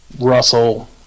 Russell